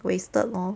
wasted lor